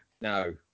No